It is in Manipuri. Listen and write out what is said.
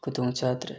ꯈꯨꯗꯣꯡ ꯆꯥꯗ꯭ꯔꯦ